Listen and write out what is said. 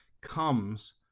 comes